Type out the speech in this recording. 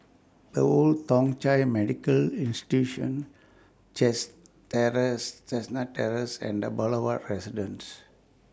The Old Thong Chai Medical Institution chest Terrace Chestnut Terrace and The Boulevard Residence